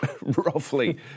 roughly